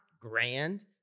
grand